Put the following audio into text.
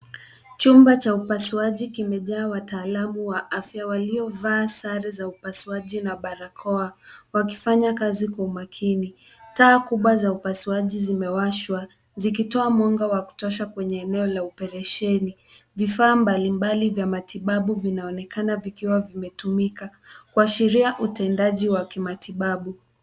Chumba cha upasuaji kimejaa wataalamu wa afya waliovaa sare za upasuaji na barakoa wakifanya kazi kwa umakini. Taa kubwa za upasuaji zimewashwa, zikitoa mwanga wa kutosha kwenye eneo la operesheni. Vifaa mbalimbali vya matibabu vinaonekana vikiwa vimetumika, kuashiria utendaji wa kimatibabu.